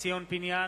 ציון פיניאן,